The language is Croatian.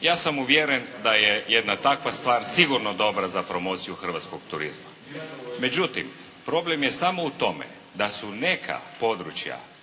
Ja sam uvjeren da je jedna takva stvar sigurno dobra za promociju hrvatskog turizma. Međutim, problem je samo u tome da su neka područja